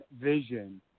vision